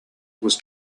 was